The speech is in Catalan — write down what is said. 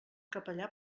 capellà